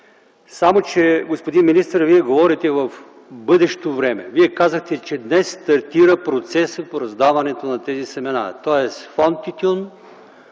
Но, господин министър, Вие говорите в бъдеще време. Казахте, че днес стартира процесът по раздаване на тези семена, тоест Фонд